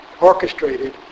orchestrated